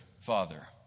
father